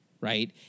right